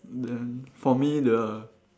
then for me the